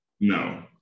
No